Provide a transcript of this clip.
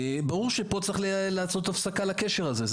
ברור שצריך לעשות הפסקה לקשר הזה.